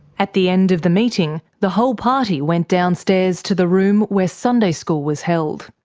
at the end of the meeting, the whole party went downstairs to the room where sunday school was held.